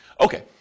Okay